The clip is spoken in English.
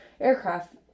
aircraft